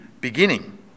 beginning